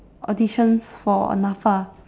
auditions for NAFA